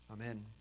Amen